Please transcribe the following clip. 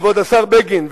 כבוד השר בגין,